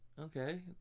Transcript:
okay